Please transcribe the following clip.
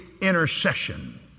intercession